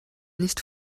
nicht